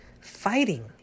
fighting